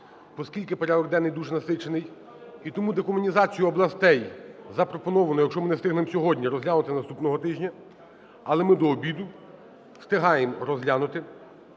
оскільки порядок денний дуже насичений. І тому декомунізацію областей, запропоновану, якщо ми не встигнемо сьогодні, розглянути наступного тижня. Але ми до обіду встигаємо розглянути